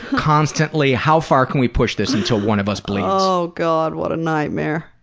constantly, how far can we push this until one of us bleeds? oh god, what a nightmare.